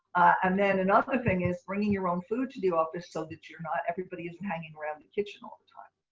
and then another thing is bringing your own food to the office so that you're not everybody isn't hanging around the kitchen all the time.